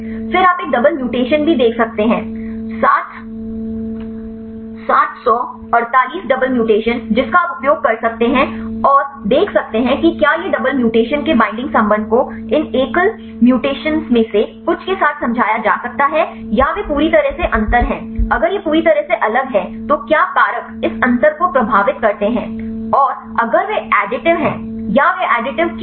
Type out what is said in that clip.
फिर आप एक डबल म्यूटेशन भी देख सकते हैं 748 डबल म्यूटेशन जिसका आप उपयोग कर सकते हैं और देख सकते हैं कि क्या डबल म्यूटेशन के बाइंडिंग संबंध को इन एकल म्यूटेशनों में से कुछ के साथ समझाया जा सकता है या वे पूरी तरह से अंतर हैं अगर यह पूरी तरह से अलग है तो क्या कारक इस अंतर को प्रभावित करते हैं और अगर वे additive हैं या वे additive क्यों हैं